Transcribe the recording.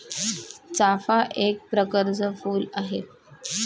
चाफा एक प्रकरच फुल आहे